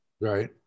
Right